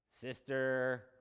sister